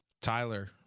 Tyler